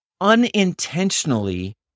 unintentionally